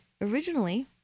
originally